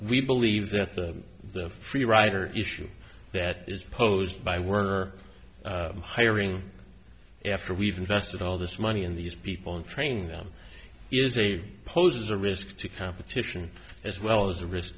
we believe that the the free rider issue that is posed by werner hiring after we've invested all this money in these people and train them is a poses a risk to competition as well as a risk